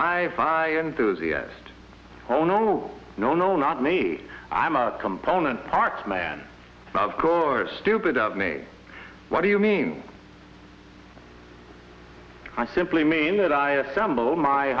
hi fi enthusiast oh no no no no not me i'm a component parts man of course stupid of me what do you mean i simply mean that i assembled my